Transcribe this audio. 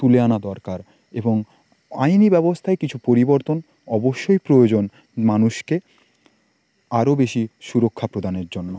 তুলে আনা দরকার এবং আইনি ব্যবস্থায় কিছু পরিবর্তন অবশ্যই প্রয়োজন মানুষকে আরও বেশি সুরক্ষা প্রদানের জন্য